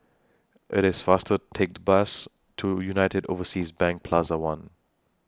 IT IS faster Take The Bus to United Overseas Bank Plaza one